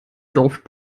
läuft